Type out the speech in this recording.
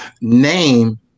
name